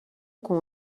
com